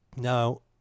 Now